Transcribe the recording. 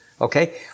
Okay